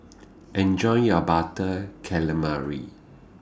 Enjoy your Butter Calamari